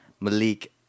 Malik